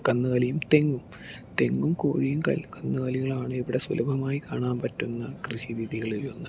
കന്നുകാലിയും തെങ്ങും തെങ്ങും കോഴിയും കന്നുകാലികളുമാണ് ഇവിടെ സുലഭമായി കാണാൻ പറ്റുന്ന കൃഷിരീതികളിൽ ഒന്ന്